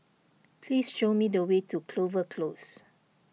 please show me the way to Clover Close